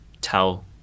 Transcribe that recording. tell